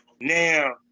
Now